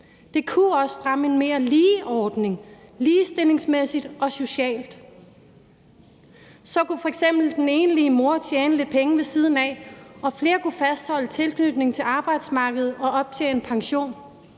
Det kunne også fremme en mere lige ordning, ligestillingsmæssigt og socialt. Så kunne f.eks. den enlige mor tjene lidt penge ved siden af, og flere kunne fastholde tilknytning til arbejdsmarkedet og optjene pension.